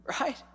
right